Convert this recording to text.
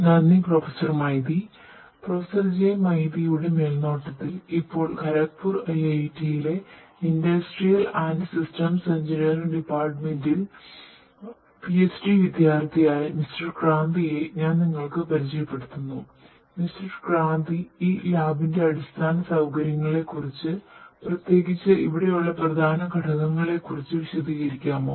നന്ദി പ്രൊഫസർ മൈതി ഈ ലാബിന്റെ അടിസ്ഥാന സൌകര്യങ്ങളെക്കുറിച്ച് പ്രത്യേകിച്ച് ഇവിടെയുള്ള പ്രധാന ഘടകങ്ങളെ കുറിച്ച് വിശദീകരിക്കാമോ